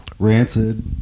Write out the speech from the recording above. Rancid